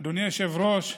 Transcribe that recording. אדוני היושב-ראש,